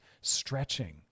stretching